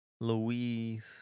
Louise